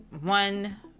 one